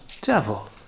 devil